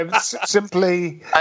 Simply